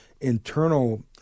internal